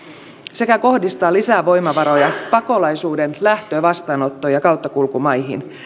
sekä kohdistaa lisää voimavaroja pakolaisuuden lähtö vastaanotto ja kauttakulkumaihin